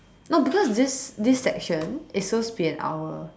no because this this section is supposed to be an hour